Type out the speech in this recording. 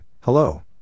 hello